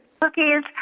cookies